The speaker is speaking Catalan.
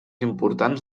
importants